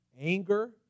anger